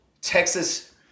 Texas